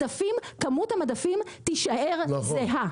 כמות המדפים תישאר זהה,